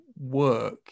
work